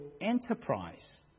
enterprise